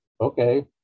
okay